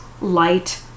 light